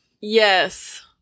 Yes